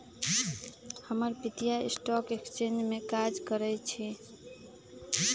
हमर पितिया stock exchange में काज करइ छिन्ह